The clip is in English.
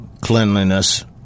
cleanliness